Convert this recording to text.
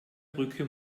brücke